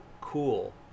cool